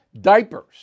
Diapers